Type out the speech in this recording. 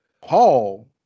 Paul